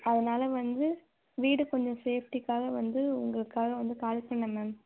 அதனால வந்து வீடு கொஞ்சம் சேஃப்டிக்காக வந்து உங்களுக்காக வந்து கால் பண்ணிணேன் மேம்